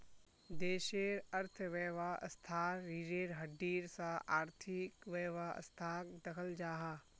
देशेर अर्थवैवास्थार रिढ़ेर हड्डीर सा आर्थिक वैवास्थाक दख़ल जाहा